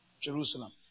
Jerusalem